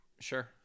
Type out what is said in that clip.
sure